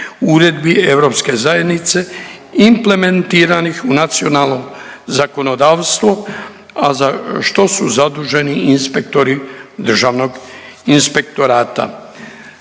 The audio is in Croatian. uredbi europske zajednice implementiranih u nacionalno zakonodavstvo, a za što su zaduženi inspektori Državnog inspektorata.